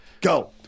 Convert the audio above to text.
go